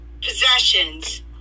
possessions